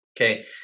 okay